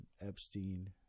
Epstein